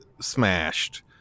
smashed